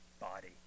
body